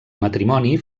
matrimoni